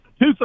two